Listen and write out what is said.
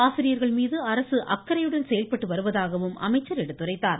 ஆசிரியர்கள் மீது அரசு அஅக்கறையுடன் செயல்பட்டு அவருவதாகவும் அமைச்சர் எடுத்துரைத்தார்